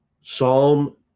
Psalm